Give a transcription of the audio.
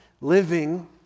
living